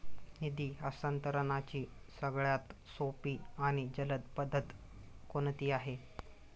निधी हस्तांतरणाची सगळ्यात सोपी आणि जलद पद्धत कोणती आहे?